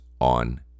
on